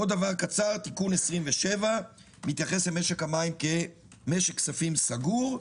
עוד דבר קצר תיקון 27 מתייחס למשק המים כמשק כספים סגור,